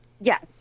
Yes